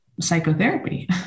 psychotherapy